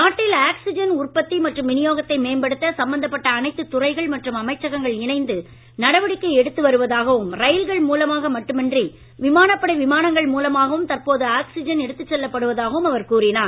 நாட்டில் ஆக்சிஜன் உற்பத்தி மற்றும் விநியோகத்தை மேம்படுத்த சம்மந்தப்பட்ட அனைத்து துறைகள் மற்றும் அமைச்சகங்கள் இணைந்து நடவடிக்கை எடுத்து வருவதாகவும் ரயில்கள் மூலமாக மட்டுமின்றி விமானப்படை விமானங்கள் மூலமாகவும் தற்போது ஆக்சிஜன் எடுத்து செல்லப்படுவதாகவும் அவர் கூறினார்